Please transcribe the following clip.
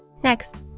next,